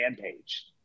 page